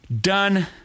Done